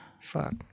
Fuck